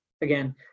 again